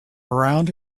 around